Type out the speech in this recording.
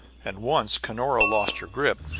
and once cunora lost her grip,